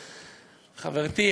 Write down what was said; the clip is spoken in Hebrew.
חברתי,